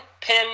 pin